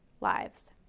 lives